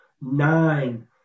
nine